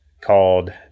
called